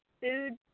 Food